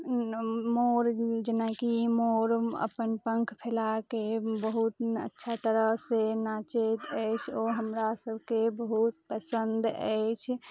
मोर जेनाकि मोर अपन पंख फैलाके बहुत अच्छा तरह से नाचैत अइछ ओ हमरा सभके बहुत पसन्द अइछ